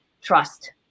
trust